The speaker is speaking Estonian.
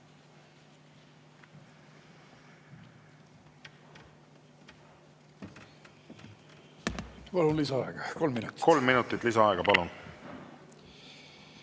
Palun lisaaega kolm minutit. Kolm minutit lisaaega, palun!